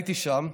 הייתי שם,